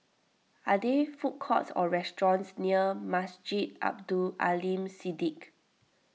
are there food courts or restaurants near Masjid Abdul Aleem Siddique